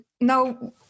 Now